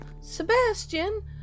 Sebastian